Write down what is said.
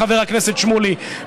חבר הכנסת שמולי,